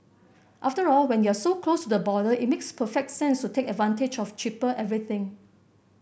after all when you're so close to the border it makes perfect sense to take advantage of cheaper everything